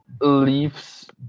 leaves